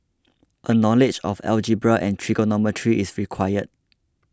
a knowledge of algebra and trigonometry is required